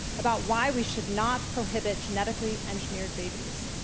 about why we should not prohibit genetically engineered babies.